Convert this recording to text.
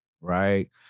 right